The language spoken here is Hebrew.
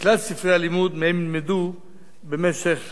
כלל ספרי הלימוד שמהם ילמדו במשך השנה.